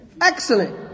Excellent